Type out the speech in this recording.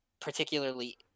particularly